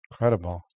Incredible